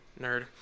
nerd